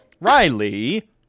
Riley